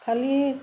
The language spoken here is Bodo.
खालि